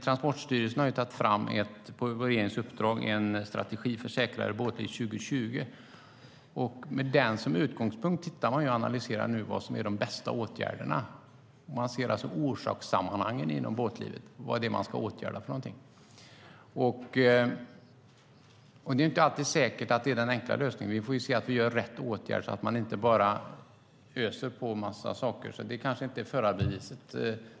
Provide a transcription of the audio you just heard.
Transportstyrelsen har på regeringens uppdrag tagit fram en strategi för säkrare båtar 2020. Med den som utgångspunkt tittar man på och analyserar de bästa åtgärderna. Man tittar på orsakssammanhangen inom båtlivet. Det är inte alltid säkert att det är den enkla lösningen. Vi måste se att vi vidtar rätt åtgärder. Det är kanske inte fråga om förarbeviset.